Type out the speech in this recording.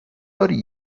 داری